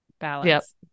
balance